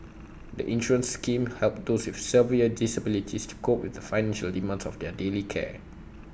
the insurance scheme helps those with severe disabilities to cope with the financial demands of their daily care